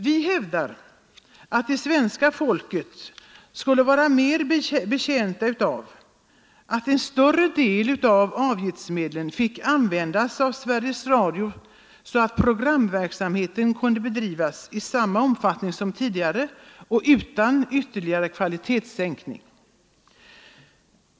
Vi hävdar att det svenska folket vore mer betjänt av att en större del av avgiftsmedlen fick användas av Sveriges Radio så att programverksamheten kunde bedrivas i samma omfattning som tidigare och utan ytterligare kvalitetssänkning.